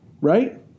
right